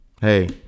Hey